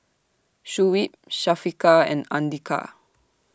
Shuib Syafiqah and Andika